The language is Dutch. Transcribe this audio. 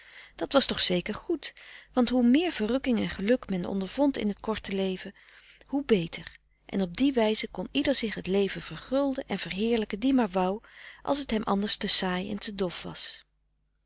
dat was toch zeker goed want hoe meer verrukking en geluk men ondervond in t korte leven hoe beter en op die wijze kon ieder zich het leven vergulden en verheerlijken die maar wou als t hem anders te saai en te dof was